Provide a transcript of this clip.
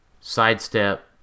Sidestep